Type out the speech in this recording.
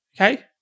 okay